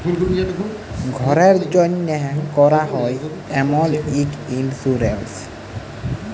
ঘ্যরের জ্যনহে ক্যরা হ্যয় এমল ইক ইলসুরেলস